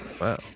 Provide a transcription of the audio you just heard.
Wow